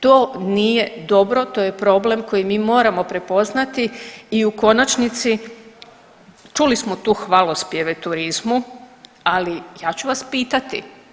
To nije dobro, to je problem koji mi moramo prepoznati i u konačnici, čuli smo tu hvalospjeve turizmu, ali ja ću vas pitati.